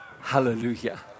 Hallelujah